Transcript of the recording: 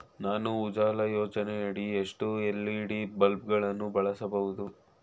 ನಾನು ಉಜಾಲ ಯೋಜನೆಯಡಿ ಎಷ್ಟು ಎಲ್.ಇ.ಡಿ ಬಲ್ಬ್ ಗಳನ್ನು ಬಳಸಬಹುದು?